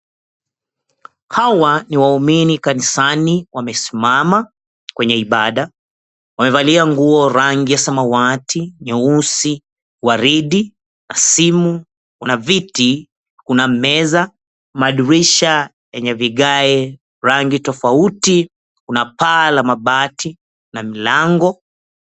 Hawa ni waumini kanisani wamesimama kwenye ibada. Wamevalia nguo rangi ya samawati, nyeusi, waridi. Kuna simu, kuna viti, kuna meza, madirisha yenye vigae rangi tofauti, kuna paa la mabati na mlango.